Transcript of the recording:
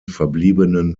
verbliebenen